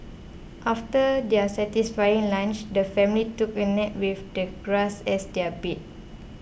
after their satisfying lunch the family took a nap with the grass as their bed